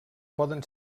poden